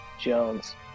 Jones